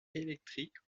électrique